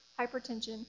hypertension